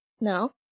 No